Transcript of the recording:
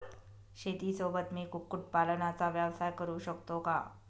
शेतीसोबत मी कुक्कुटपालनाचा व्यवसाय करु शकतो का?